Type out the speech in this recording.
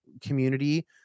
community